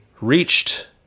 reached